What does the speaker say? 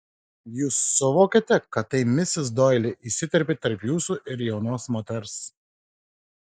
jūs suvokėte kad tai misis doili įsiterpė tarp jūsų ir jaunos moters